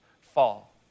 fall